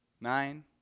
nine